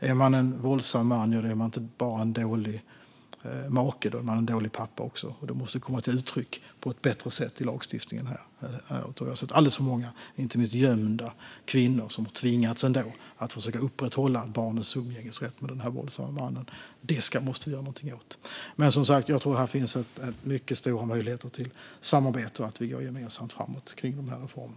Är man en våldsam man är man inte bara en dålig make utan också en dålig pappa. Det måste komma till uttryck på ett bättre sätt i lagstiftningen. Alldeles för många kvinnor, inte minst gömda kvinnor, har tvingats att försöka upprätthålla barnens umgängesrätt med den våldsamme mannen. Det måste vi göra någonting åt. Jag tror att det här finns mycket stora möjligheter till samarbete och att vi går gemensamt framåt kring dessa reformer.